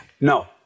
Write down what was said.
No